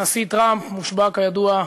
הנשיא טראמפ מושבע, כידוע,